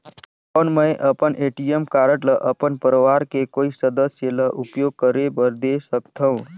कौन मैं अपन ए.टी.एम कारड ल अपन परवार के कोई सदस्य ल उपयोग करे बर दे सकथव?